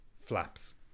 Flaps